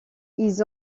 ils